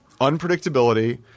unpredictability